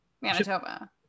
Manitoba